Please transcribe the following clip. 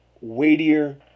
weightier